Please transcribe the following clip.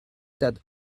that